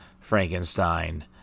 Frankenstein